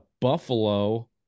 Buffalo